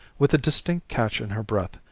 with a distinct catch in her breath,